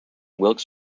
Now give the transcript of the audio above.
wilkes